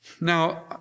Now